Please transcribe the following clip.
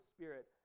Spirit